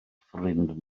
ffrind